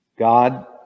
God